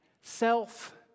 self